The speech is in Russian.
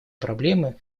проблемы